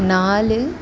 நாலு